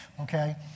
okay